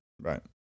Right